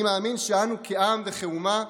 אני מאמין שאנו, כעם וכאומה,